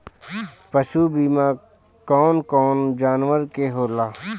पशु बीमा कौन कौन जानवर के होला?